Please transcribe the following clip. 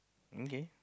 um K